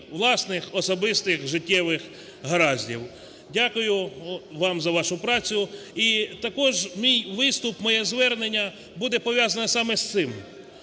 власних особистих життєвих гараздів. Дякую вам за вашу працю. І також мій виступ, моє звернення буде пов'язано саме з цим.